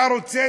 אתה רוצה